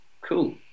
Cool